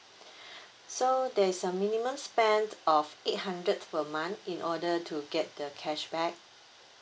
so there is a minimum spend of eight hundred per month in order to get the cashback